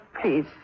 please